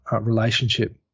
relationship